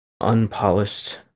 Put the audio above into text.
unpolished